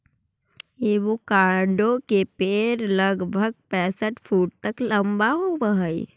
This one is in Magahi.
एवोकाडो के पेड़ लगभग पैंसठ फुट तक लंबा होब हई